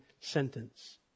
sentence